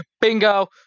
Bingo